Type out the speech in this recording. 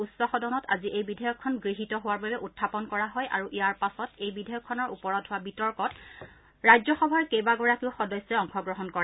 উচ্চ সদনত আজি এই বিধেয়কখন গৃহীত হোৱাৰ বাবে উখাপন কৰা হয় আৰু ইয়াৰ পাছত এই বিধেয়কখনৰ ওপৰত হোৱা বিতৰ্কত ৰাজ্যসভাৰ কেইবাগৰাকীও সদস্যই অংশগ্ৰহণ কৰে